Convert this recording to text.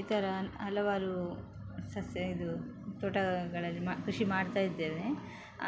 ಈ ಥರ ಹಲವಾರು ಸಸ್ಯ ಇದು ತೋಟಗಳಲ್ಲಿ ಮ ಕೃಷಿ ಮಾಡ್ತಾಯಿದ್ದೇವೆ